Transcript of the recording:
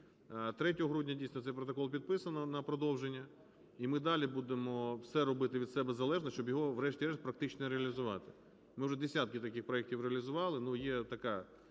дійсно, цей протокол підписано на продовження, і ми далі будемо все робити від себе залежне, щоби його врешті-решт практично реалізувати. Ми вже десятки таких проектів реалізували,